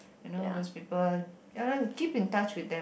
and all those people ya loh keep in touch with them